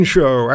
Show